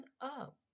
up